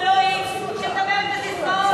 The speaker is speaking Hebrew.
ולא היא שמדברת בססמאות.